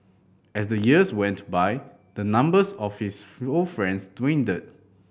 as the years went by the numbers of his friends dwindled